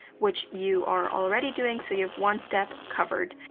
which you are already doing, so you have one step covered.